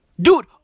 Dude